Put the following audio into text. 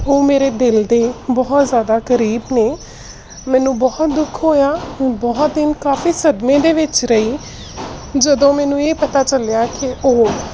ਉਹ ਮੇਰੇ ਦਿਲ ਦੇ ਬਹੁਤ ਜ਼ਿਆਦਾ ਕਰੀਬ ਨੇ ਮੈਨੂੰ ਬਹੁਤ ਦੁੱਖ ਹੋਇਆ ਬਹੁਤ ਦਿਨ ਕਾਫ਼ੀ ਸਦਮੇ ਦੇ ਵਿੱਚ ਰਹੀ ਜਦੋਂ ਮੈਨੂੰ ਇਹ ਪਤਾ ਚੱਲਿਆ ਕਿ ਉਹ